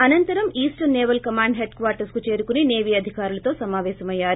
అనంతరం Eastern Naval Command headquarters కు చేరుకుని సేవీ అధికారులతో సమాపేశమయ్యారు